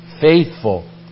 faithful